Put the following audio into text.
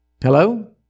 Hello